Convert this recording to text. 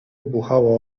buchało